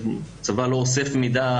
הצבא לא אוסף מידע,